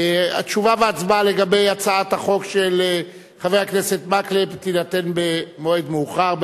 תשובה והצבעה לגבי הצעת החוק של חבר הכנסת מקלב יהיו במועד מאוחר,